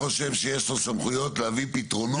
בני, אני חושב שיש לו סמכויות להביא פתרונות.